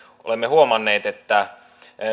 olemme huomanneet että